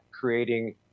creating